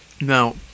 Now